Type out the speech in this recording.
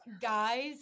guys